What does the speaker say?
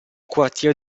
quartier